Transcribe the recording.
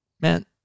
man